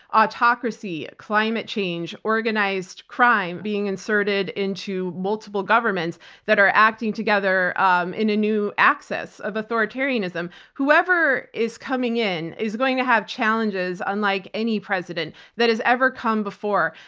autocracy, climate change, organized crime, being inserted into multiple governments that are acting together um in a new access of authoritarianism. whoever is coming in is going to have challenges, unlike any president that has ever come before.